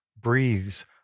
breathes